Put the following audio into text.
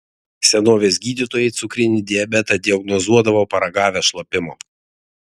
senovės gydytojai cukrinį diabetą diagnozuodavo paragavę šlapimo